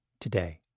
today